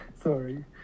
Sorry